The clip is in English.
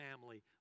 family